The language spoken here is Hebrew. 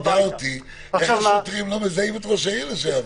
השאלה שמטרידה אותי איך השוטרים לא מזהים את ראש העיר לשעבר.